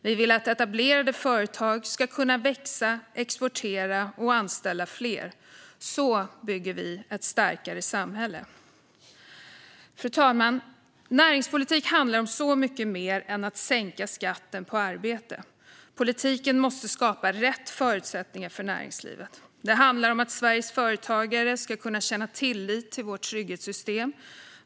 Vi vill att etablerade företag ska kunna växa, exportera och anställa fler. Så bygger vi ett starkare samhälle. Fru talman! Näringspolitik handlar om så mycket mer än att sänka skatten på arbete. Politiken måste skapa rätt förutsättningar för näringslivet. Det handlar om att Sveriges företagare ska kunna känna tillit till vårt trygghetssystem.